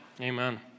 Amen